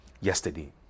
yesterday